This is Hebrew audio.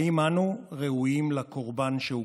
האם אנו ראויים לקורבן שהוקרב?